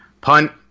Punt